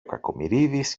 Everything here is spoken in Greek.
κακομοιρίδης